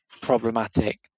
problematic